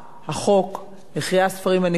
המחירים הנקובים, ירדו,